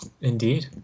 Indeed